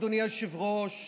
אדוני היושב-ראש,